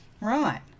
Right